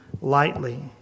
lightly